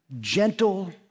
gentle